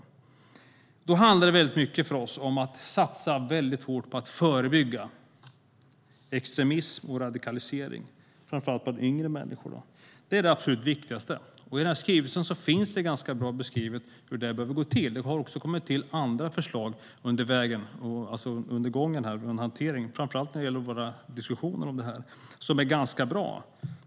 För oss handlar det om att satsa hårt på att förebygga extremism och radikalisering, framför allt av yngre människor. Det är det absolut viktigaste. I skrivelsen finns det ganska bra beskrivet hur det bör gå till. Det har också tillkommit andra förslag under hanteringen som är ganska bra.